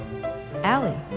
Allie